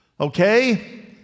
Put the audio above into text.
Okay